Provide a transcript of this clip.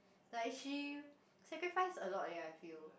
like she sacrifice a lot eh I feel